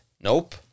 Nope